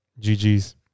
GGs